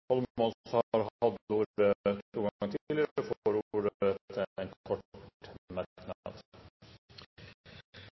Holmås har hatt ordet to ganger og får ordet til en kort